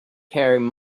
carrying